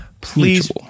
Please